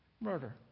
murder